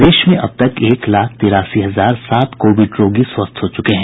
प्रदेश में अब तक एक लाख तिरासी हजार सात कोविड रोगी स्वस्थ हो चुके हैं